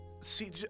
see